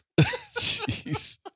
Jeez